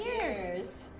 cheers